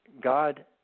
God